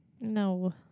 No